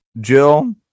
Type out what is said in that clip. Jill